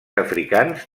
africans